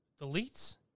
Deletes